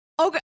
Okay